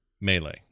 melee